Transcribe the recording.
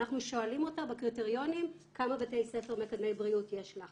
אנחנו שואלים אותה בקריטריונים כמה בתי ספר מקדמי בריאות יש לך